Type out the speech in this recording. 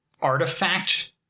artifact